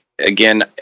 again